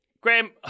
Graham